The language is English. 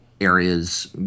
areas